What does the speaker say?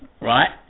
Right